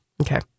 Okay